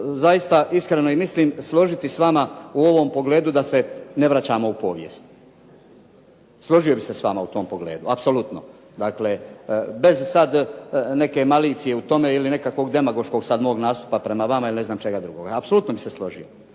zaista iskreno i mislim složiti s vama u ovom pogledu da se ne vraćamo u povijest. Složio bih se s vama u tom pogledu. Apsolutno. Dakle, bez sad neke malicije u tome ili nekakvog demagoškog sad mog nastupa prema vama ili ne znam čega drugoga. Apsolutno bih se složio.